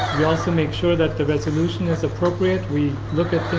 we also make sure that the resolution is appropriate. we look at